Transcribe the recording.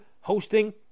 hosting